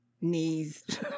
knees